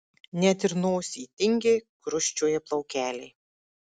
net ir nosyj tingiai krusčioja plaukeliai